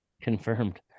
Confirmed